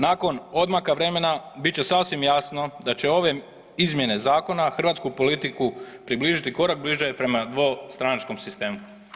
Nakon odmaka vremena bit će sasvim jasno da će ove izmjene zakona hrvatsku politiku približiti korak bliže prema dvostranačkom sistemu.